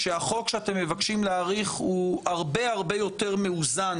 שהחוק שאתם מבקשים להאריך הוא הרבה הרבה יותר מאוזן,